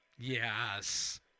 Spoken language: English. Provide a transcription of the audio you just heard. Yes